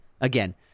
Again